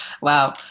Wow